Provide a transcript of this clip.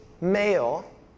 male